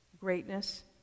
greatness